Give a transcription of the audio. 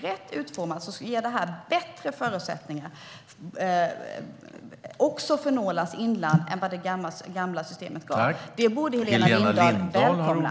Rätt utformat ger det här bättre förutsättningar också för Norrlands inland än vad det gamla systemet gav. Det borde Helena Lindahl välkomna.